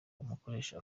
umukoresha